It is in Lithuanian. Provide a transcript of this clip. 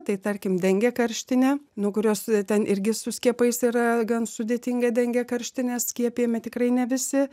tai tarkim dengė karštinė nuo kurios ten irgi su skiepais yra gan sudėtinga dengė karštinė skiepijami tikrai ne visi